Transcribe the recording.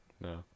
no